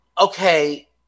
okay